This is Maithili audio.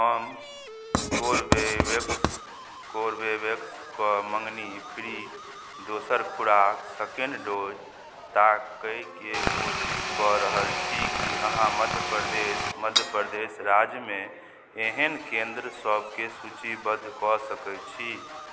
हम कोरोवेक्सक मङ्गनी दोसर खुराक ताकयके कोशिश कऽ रहल छी की अहाँ मध्य प्रदेश राज्यमे एहन केन्द्र सबकेँ सूचीबद्ध कऽ सकैत छी